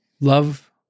love